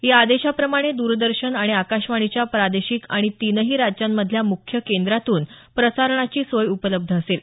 या आदेशाप्रमाणे दरदर्शन आणि आकाशवाणीच्या प्रादेशिक आणि तीनही राज्यांमधल्या मुख्य केंद्रांतून प्रसारणाची सोय उपलब्ध असेल